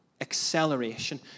acceleration